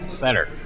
better